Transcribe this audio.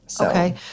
Okay